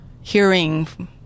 hearing